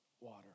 water